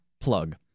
plug